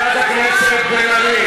תמר זנדברג,